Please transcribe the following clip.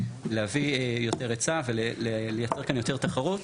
להביא יותר היצע ולייצר כאן יותר תחרות.